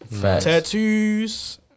Tattoos